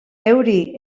euri